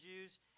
Jews